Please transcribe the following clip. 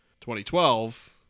2012